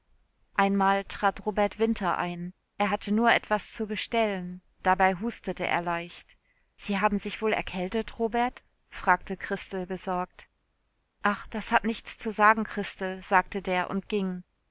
einmal trat robert winter ein er hatte nur etwas zu bestellen dabei hustete er leicht sie haben sich wohl erkältet robert fragte christel besorgt ach das hat nichts zu sagen christel sagte der und ging